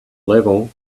level